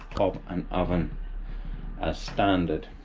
hob and oven as standard,